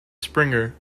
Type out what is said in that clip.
springer